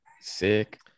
Sick